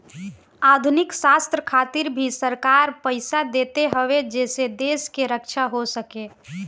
आधुनिक शस्त्र खातिर भी सरकार पईसा देत हवे जेसे देश के रक्षा हो सके